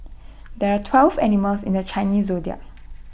there are twelve animals in the Chinese Zodiac